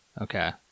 Okay